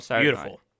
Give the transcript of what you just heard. beautiful